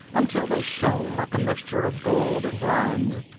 until they shone like a mixture of gold and bronze,